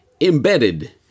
embedded